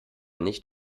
nicht